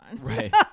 Right